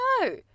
No